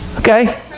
Okay